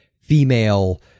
female